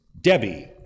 Debbie